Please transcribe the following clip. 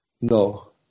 No